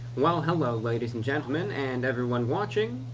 well, hello ladies and gentlemen and everyone watching.